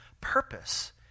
purpose